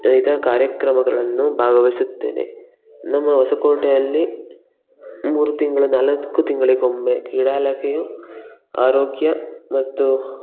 ಇದು ಕಾರ್ಯಕ್ರಮಗಳನ್ನು ಭಾಗವಹಿಸುತ್ತೇನೆ ನಮ್ಮ ಹೊಸಕೋಟೆಯಲ್ಲಿ ಮೂರು ತಿಂಗಳು ನಾಲ್ಕು ತಿಂಗಳಿಗೊಮ್ಮೆ ಕ್ರೀಡಾ ಇಲಾಖೆಯು ಆರೋಗ್ಯ ಮತ್ತು